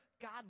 God